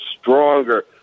stronger